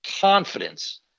confidence